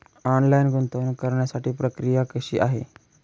Online गुंतवणूक करण्यासाठी प्रक्रिया कशी आहे?